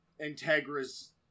Integra's